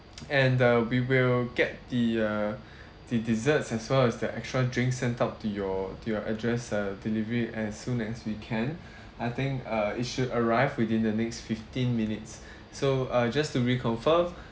and uh we will get the uh the desserts as well as the extra drinks sent out to your to your address and deliver it and soon as we can I think uh it should arrive within the next fifteen minutes so uh just to reconfirm